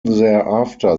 thereafter